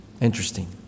Interesting